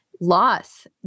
loss